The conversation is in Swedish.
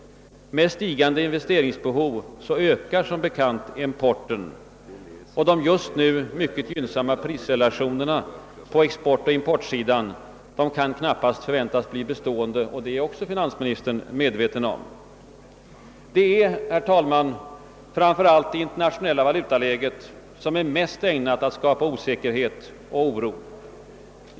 Med stigande investeringsbehov ökar som bekant importen. De just nu mycket gynnsamma prisrelationerna på importoch exportsidan kan knappast förväntas bli bestående. Det är finansministern också medveten om. Det är, herr talman, framför allt det internationella valutaläget som är ägnat att skapa osäkerhet och oro.